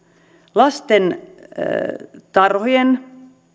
lastentarhojen